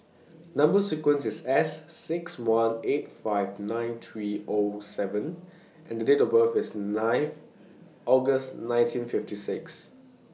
Number sequence IS S six one eight five nine three O seven and The Date of birth IS ninth August nineteen fifty six